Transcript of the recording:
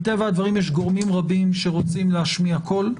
מטבע הדברים יש גורמים רבים שרוצים להשמיע קול.